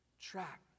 track